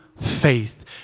faith